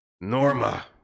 Norma